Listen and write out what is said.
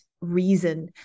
reason